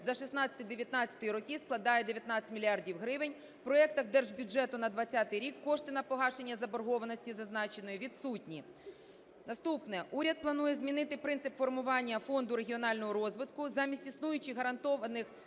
за 16-й і 19-й роки складає 19 мільярдів гривень, в проекті держбюджету на 20-й рік кошти на погашення заборгованості зазначеної відсутні. Наступне. Уряд планує змінити принцип формування фонду регіонального розвитку замість існуючих гарантованих